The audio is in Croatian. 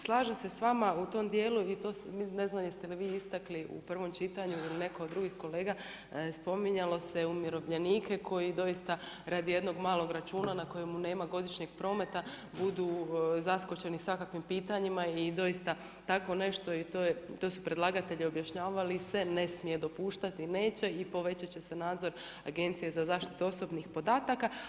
Slažem se s vama u tom dijelu i to ne znam jeste li vi istakli u prvom čitanju ili netko od drugih kolega, spominjalo se umirovljenike koji doista radi jednog malog računa na kojemu nema godišnjeg prometa budu zaskočeni svakakvim pitanjima i doista tako nešto i to su predlagatelji se ne smije dopuštati i neće i povećati će se nadzor Agencije za zaštitu osobnih podataka.